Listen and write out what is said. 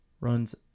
runs